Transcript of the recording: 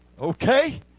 Okay